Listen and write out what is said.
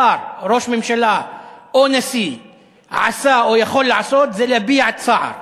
שר או ראש ממשלה או נשיא עשה או יכול לעשות זה להביע צער.